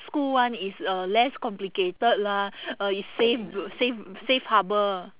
school [one] is uh less complicated lah uh it's safe safe safe harbour